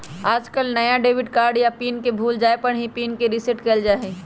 आजकल नया debit card या पिन के भूल जाये पर ही पिन के रेसेट कइल जाहई